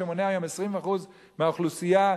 שמונה היום 20% מהאוכלוסייה,